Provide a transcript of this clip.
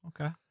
Okay